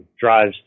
drives